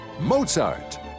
Mozart